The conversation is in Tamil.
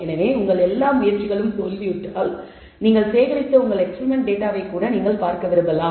எனவே உங்கள் எல்லா முயற்சிகளும் தோல்வியுற்றால் நீங்கள் சேகரித்த உங்கள் எக்ஸ்பிரிமெண்ட் டேட்டாவைக் கூட பார்க்க விரும்பலாம்